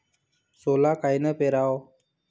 सोला कायनं पेराव?